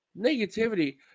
Negativity